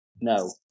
No